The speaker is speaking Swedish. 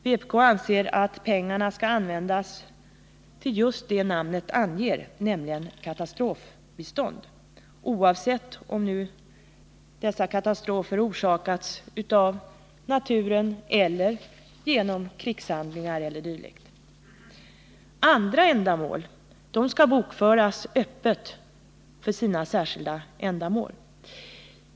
Vpk anser att pengarna skall användas till just det som namnet anger, nämligen katastrofbistånd, oavsett om dessa katastrofer orsakas av naturen eller genom krigshandlingar e. d. Andra bidrag skall bokföras öppet för sina särskilda ändamål.